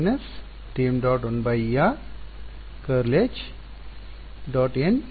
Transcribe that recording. ಮತ್ತು a × b − b × a